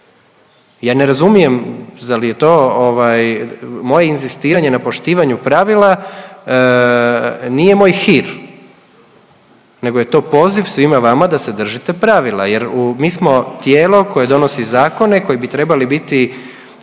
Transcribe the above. Ja ne razumijem zar je to ovaj moje inzistiranje na poštivanju pravila nije moj hir nego je to poziv svima vama da se držite pravila jer mi smo tijelo koje donosi zakone koji bi trebali biti